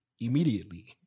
immediately